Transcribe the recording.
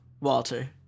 Walter